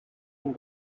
and